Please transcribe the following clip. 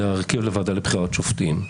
זה ההרכב לוועדה לבחירת שופטים,